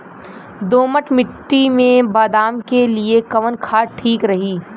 दोमट मिट्टी मे बादाम के लिए कवन खाद ठीक रही?